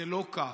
זה לא כך.